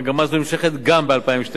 מגמה זו נמשכת גם ב-2012,